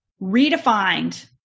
redefined